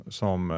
som